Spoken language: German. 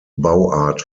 bauart